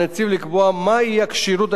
את פריסת המערך המבצעי,